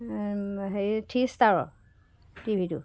হেৰি থ্ৰী ষ্টাৰৰ টিভি টো